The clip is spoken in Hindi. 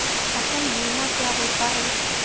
फसल बीमा क्या होता है?